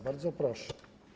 Bardzo proszę.